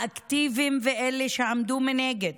האקטיביים ואלו שעמדו מנגד,